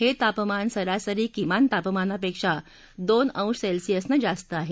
हे तापमान सरासरी किमान तापमानापेक्षा दोन अंश सेल्सियसने जास्त आहे